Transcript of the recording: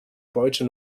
beute